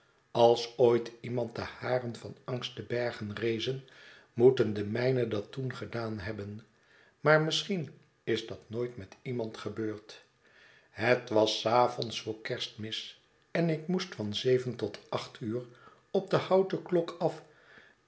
als ooit iemand de haren van angst te berge rezen moeten de mijne dat toen gedaan hebben maar misschien is dat nooit met iemand gebeurd het was s avonds voor kerstmis enik moest van zeven tot acht uur op de houten klok af